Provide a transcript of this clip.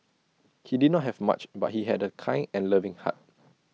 he did not have much but he had A kind and loving heart